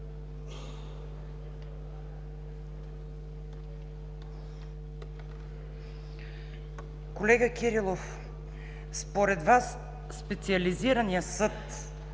Колега Кирилов, според Вас Специализираният съд